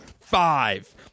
Five